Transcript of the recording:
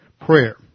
prayer